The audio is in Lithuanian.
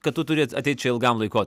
kad tu turi ateit čia ilgam laiko